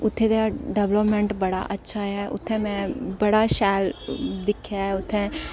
उत्थै डवलपमैंट बड़ा अच्छा ऐ मैं बड़ा शैल दिखेआ ऐ उत्थै